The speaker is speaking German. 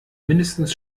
mindestens